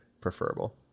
preferable